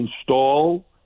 install